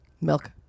Milk